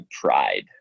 pride